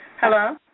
Hello